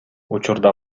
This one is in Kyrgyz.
учурда